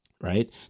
right